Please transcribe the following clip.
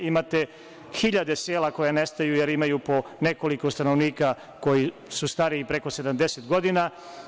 Imate hiljade sela koje nestaju, jer imaju po nekoliko stanovnika koji su stariji preko 70 godina.